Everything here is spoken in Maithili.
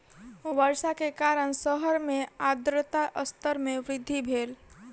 वर्षा के कारण शहर मे आर्द्रता स्तर मे वृद्धि भेल